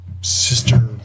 Sister